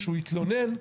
יתלונן,